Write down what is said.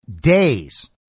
days